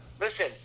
Listen